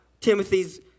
Timothy's